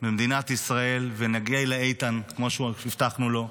במדינת ישראל, ונגיע לאיתן כמו שהבטחנו לו,